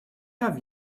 have